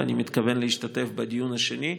ואני מתכוון להשתתף בדיון השני,